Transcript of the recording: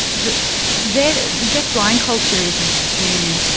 the the deafblind culture is is to,